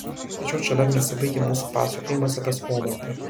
tačiau čia dar nesibaigia mūsų pasakojimas apie skomantą